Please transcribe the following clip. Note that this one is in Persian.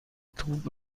توپ